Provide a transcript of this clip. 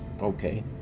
okay